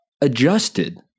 adjusted